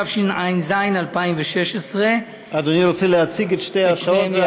התשע"ז 2016. אדוני רוצה להציג את שתי ההצעות?